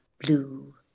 blue